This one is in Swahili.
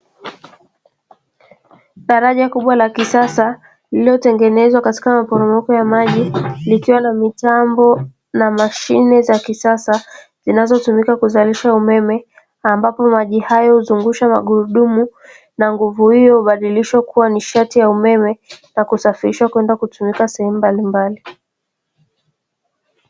Daraja kubwa la kisasa lililotengenezwa katika maporomoko ya maji likiwao mitambo na mashine za kisasa zinazo tumika kuzalisha umeme, ambapo maji hayo huzungusha magurudumu na nguvu hiyo hubadilishwa kuwa ni sharti ya umeme na kusafirishwa kwenda kutumika sehemu mbalimbalili.